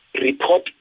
Report